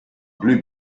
blue